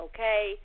Okay